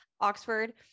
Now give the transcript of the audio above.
Oxford